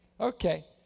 Okay